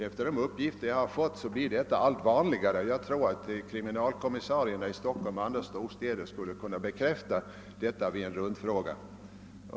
Enligt de uppgifter jag fått blir detta missbruk allt vanligare. Jag tror att kriminalkommis :sarierna i Stockholm och i andra storstäder skulle kunna bekräfta detta vid :en rundfråga.